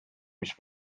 mis